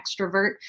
extrovert